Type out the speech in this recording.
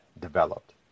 developed